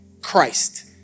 christ